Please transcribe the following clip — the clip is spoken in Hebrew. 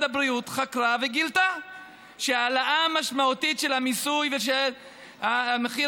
הבריאות חקרה וגילתה ש"העלאה משמעותית של המיסוי ושל המחיר